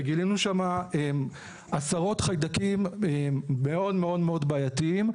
וגילינו שם עשרות חיידקים מאוד בעייתיים.